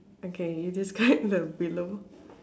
okay you describe the below